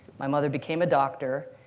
my mother became a doctor,